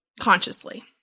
consciously